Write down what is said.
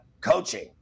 coaching